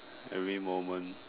every moment